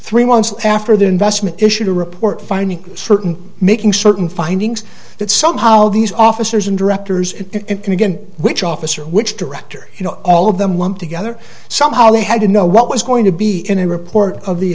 three months after the investment issued a report finding certain making certain findings that somehow these officers and directors and again which officer which director you know all of them lumped together somehow they had to know what was going to be in a report of the